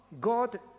God